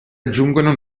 aggiungono